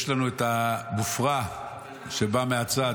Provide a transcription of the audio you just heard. יש לנו את המופרע, שבא מהצד,